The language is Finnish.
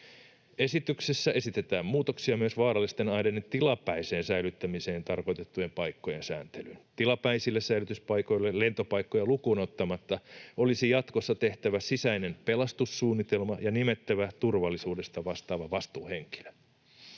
Esityksessä esitetään muutoksia myös vaarallisten aineiden tilapäiseen säilyttämiseen tarkoitettujen paikkojen sääntelyyn. Tilapäisille säilytyspaikoille, lentopaikkoja lukuun ottamatta, olisi jatkossa tehtävä sisäinen pelastussuunnitelma ja nimettävä turvallisuudesta vastaava vastuuhenkilö.